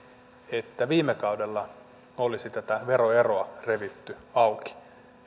että viime kaudella olisi tätä veroeroa revitty auki